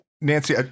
Nancy